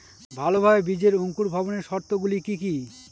ভালোভাবে বীজের অঙ্কুর ভবনের শর্ত গুলি কি কি?